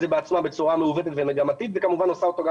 זה בעצמה בצורה מעוותת ומגמתית וכמובן עושה אותו גם